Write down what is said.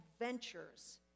adventures